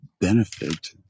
benefit